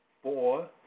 Four